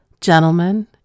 Gentlemen